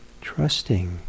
trusting